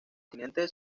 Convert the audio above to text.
continentes